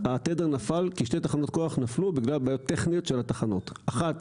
התדר נפל כי שתי תחנות כוח נפלו בגלל בעיות טכניות של התחנות: אחת